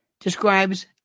describes